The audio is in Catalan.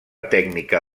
tècnica